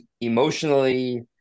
emotionally